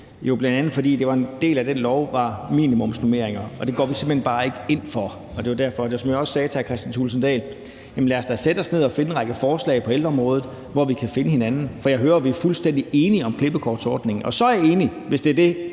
del af det forslag var, at der skulle være minimumsnormeringer, og det går vi simpelt hen bare ikke ind for. Som jeg også sagde til hr. Kristian Thulesen Dahl: Lad os da sætte os ned og finde en række forslag på ældreområdet, hvor vi kan møde hinanden. For jeg hører, at vi er fuldstændig enige om klippekortordningen, hvis det er det,